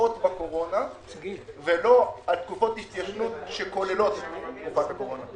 שפוקעות בקורונה ולא על תקופות התיישנות שכוללות את תקופת הקורונה,